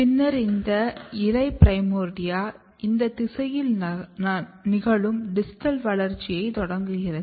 பின்னர் இந்த இலை பிரைமோர்டியா இந்த திசையில் நிகழும் டிஸ்டல் வளர்ச்சியைத் தொடங்குகிறது